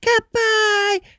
Goodbye